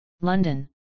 London